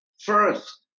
First